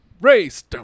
race